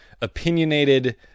opinionated